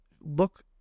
look